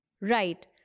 Right